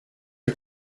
are